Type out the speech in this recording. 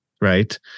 right